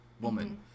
woman